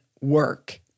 work